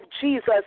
Jesus